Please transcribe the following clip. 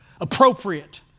appropriate